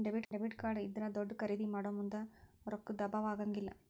debit card ಇದ್ರಾ ದೊಡ್ದ ಖರಿದೇ ಮಾಡೊಮುಂದ್ ರೊಕ್ಕಾ ದ್ ಅಭಾವಾ ಆಗಂಗಿಲ್ಲ್